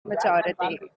majority